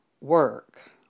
work